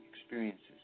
experiences